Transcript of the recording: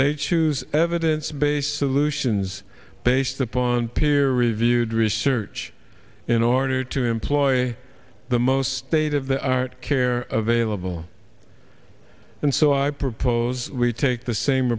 they choose evidence based solutions based upon peer reviewed research in order to employ the most state of the art care available and so i propose we take the same